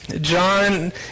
John